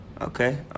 okay